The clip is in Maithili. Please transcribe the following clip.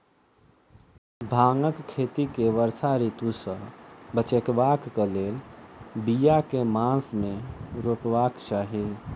भांगक खेती केँ वर्षा ऋतु सऽ बचेबाक कऽ लेल, बिया केँ मास मे रोपबाक चाहि?